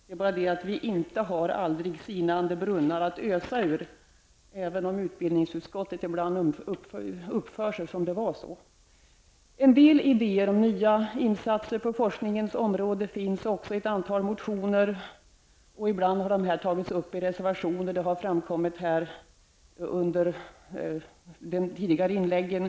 Det är bara det att vi inte har aldrig sinande brunnar att ösa ur, även om utbildningsutskottet ibland uppför sig som om det var så. En del idéer om nya insatser på forskningens område finns i ett antal motioner. Ibland har dessa förslag också tagits upp i reservationer -- det har framkommit i de tidigare inläggen.